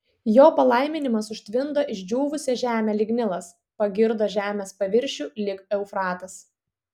jo palaiminimas užtvindo išdžiūvusią žemę lyg nilas pagirdo žemės paviršių lyg eufratas